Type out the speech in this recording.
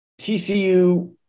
TCU –